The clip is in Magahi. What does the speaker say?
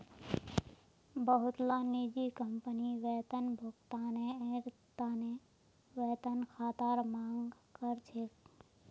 बहुतला निजी कंपनी वेतन भुगतानेर त न वेतन खातार मांग कर छेक